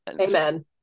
Amen